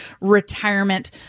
retirement